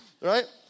Right